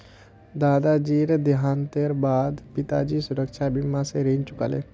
दादाजीर देहांतेर बा द पिताजी सुरक्षा बीमा स ऋण चुका ले